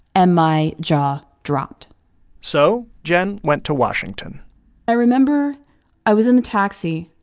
and my jaw dropped so jen went to washington i remember i was in the taxi.